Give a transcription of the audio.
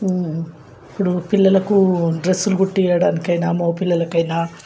ఇప్పుడు పిల్లలకు డ్రెస్సులు కుట్టియడానికైనా మగ పిల్లలకైనా